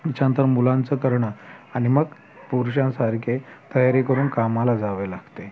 तेच्यानंतर मुलांचं करणं आणि मग पुरुषांसारखे तयारी करून कामाला जावे लागते